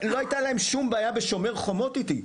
לא הייתה להם שום בעיה בשומר חומות איתי.